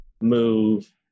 move